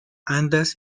andas